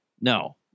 no